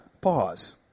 Pause